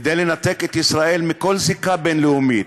כדי לנתק את ישראל מכל זיקה בין-לאומית.